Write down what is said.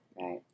Right